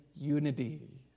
unity